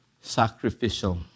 sacrificial